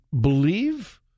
believe